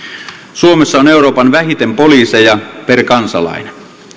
suomessa on euroopan vähiten poliiseja per kansalainen